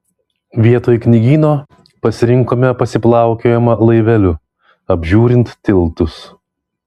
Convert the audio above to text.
vietoj knygyno pasirinkome pasiplaukiojimą laiveliu apžiūrint tiltus